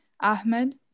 ahmed